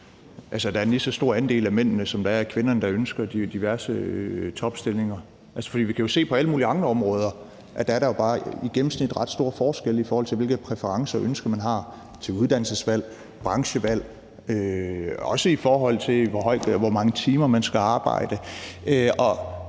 er en lige så stor andel af mændene, som der er af kvinderne, der ønsker diverse topstillinger. For vi kan jo se på alle mulige andre områder, at der bare i gennemsnit er ret store forskelle på, hvilke præferencer og ønsker man har til uddannelsesvalg, branchevalg, og også hvor mange timer man skal arbejde.